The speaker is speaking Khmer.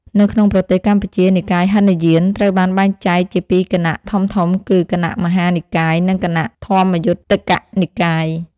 នៅក្នុងប្រទេសកម្ពុជា និកាយហីនយានត្រូវបានបែងចែកជាពីរគណៈធំៗគឺ គណៈមហានិកាយ និង គណៈធម្មយុត្តិកនិកាយ។